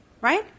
Right